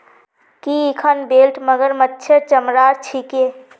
की इखन बेल्ट मगरमच्छेर चमरार छिके